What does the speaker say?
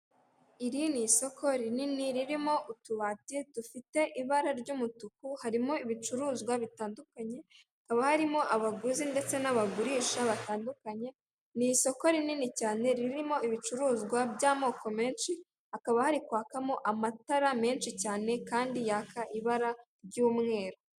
Iri ni isoko rinini ririmo utubati dufite ibara ry'umutuku, harimo ibicuruzwa bitandukanye, hakaba harimo abaguzi ndetse n'abagurisha batandukanye, ni isoko rinini cyane ririmo ibicuruzwa by'amoko menshi hakaba ari kwakamo amatara menshi cyane kandi yaka ibara ry'umweru.